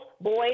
boys